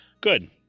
Good